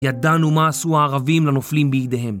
ידענו מה עשו הערבים לנופלים בידיהם.